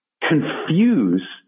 confuse